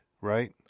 right